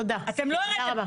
תודה רבה.